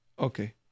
Okay